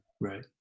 Right